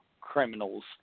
criminals